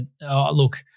Look